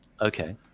okay